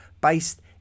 based